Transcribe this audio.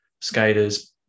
Skaters